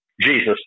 Jesus